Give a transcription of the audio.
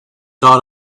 dot